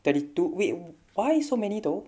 thirty two wait why so many though